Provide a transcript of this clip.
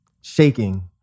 shaking